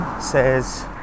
says